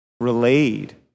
relayed